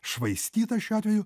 švaistyta šiuo atveju